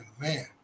man